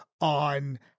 on